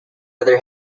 other